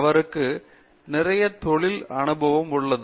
அவருக்கு நிறைய தொழில் அனுபவம் உள்ளது